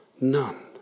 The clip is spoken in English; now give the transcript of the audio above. None